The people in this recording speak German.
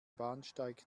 bahnsteig